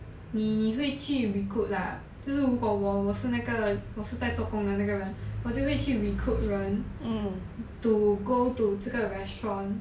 你你会去 recruit lah 就是如果我我是那个人我是在做工的那个人我就会去 recruit 人 to go to 这个 restaurant